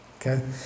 Okay